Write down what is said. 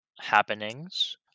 happenings